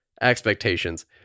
expectations